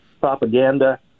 propaganda